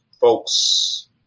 folks